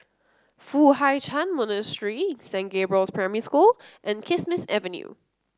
Foo Hai Ch'an Monastery Saint Gabriel's Primary School and Kismis Avenue